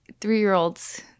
three-year-olds